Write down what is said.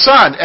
Son